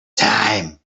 time